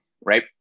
right